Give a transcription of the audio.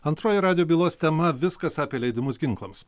antroji radijo bylos tema viskas apie leidimus ginklams